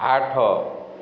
ଆଠ